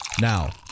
Now